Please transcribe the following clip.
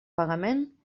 pagament